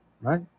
right